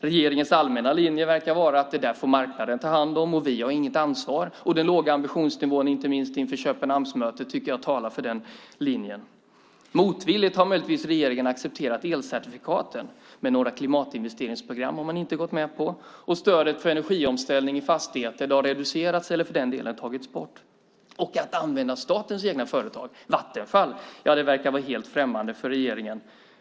Regeringens allmänna linje verkar vara att marknaden ska ta hand om det och att regeringen inte har något ansvar. Och den låga ambitionsnivån, inte minst inför Köpenhamnsmötet, tycker jag talar för den linjen. Motvilligt har man möjligtvis accepterat elcertifikaten, men några klimatinvesteringsprogram har man inte gått med på, och stödet för energiomställning i fastigheter har reducerats eller tagits bort. Att använda statens eget företag, Vattenfall, verkar vara helt främmande för regeringen.